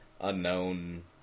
unknown